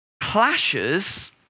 clashes